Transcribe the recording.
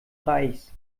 reichs